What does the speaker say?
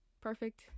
perfect